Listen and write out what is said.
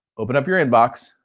open up your inbox,